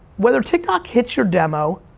whether tiktok hits your demo,